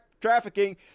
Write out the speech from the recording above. trafficking